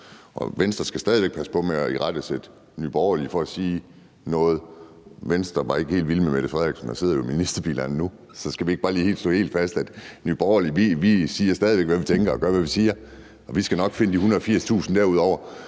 Venstre skal stadig væk passe på med at irettesætte Nye Borgerlige for at sige noget. Venstre var ikke helt vilde med statsministeren og sidder jo i ministerbiler nu. Så skal vi ikke bare lige slå helt fast, at i Nye Borgerlige siger vi stadig væk, hvad vi tænker, og gør, hvad vi siger, og vi skal nok finde de 180.000 kr. derudover,